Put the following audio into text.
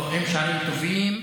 לא, הם שערים טובים.